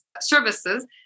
services